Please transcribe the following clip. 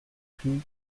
plu